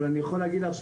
אבל אני יכול להגיד לך,